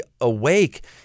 awake